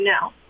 now